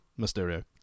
Mysterio